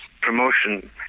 promotion